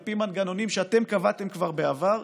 על פי מנגנונים שאתם קבעתם כבר בעבר,